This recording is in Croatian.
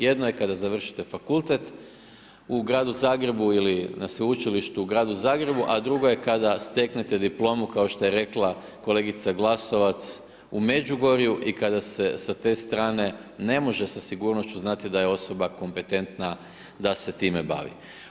Jedno je kada završite fakultet u gradu Zagrebu ili na Sveučilištu u gradu Zagrebu a drugo je kada steknete diplomu kao što je rekla kolegica Glasovac u Međugorju i kada se sa te strane ne može sa sigurnošću znati da je osoba kompetentna da se time bavi.